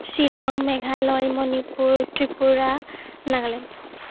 Shillong Meghalaya Manipur Tripura Nagaland